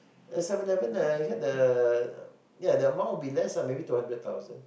there's Seven-Eleven uh you had the yeah the amount would be less lah maybe two hundred thousand